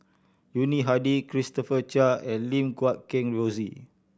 Yuni Hadi Christopher Chia and Lim Guat Kheng Rosie